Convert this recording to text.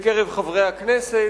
בקרב חברי הכנסת.